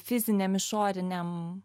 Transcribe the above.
fiziniam išoriniam